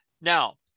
Now